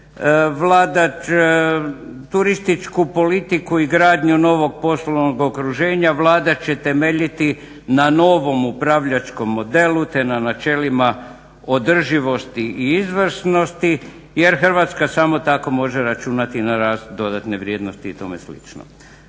turističku politiku i gradnju novog poslovnog okruženja Vlada će temeljiti na novom upravljačkom modelu te na načelima održivosti i izvrsnosti jer Hrvatska samo tako može računati na rast dodatne vrijednosti i tome slično.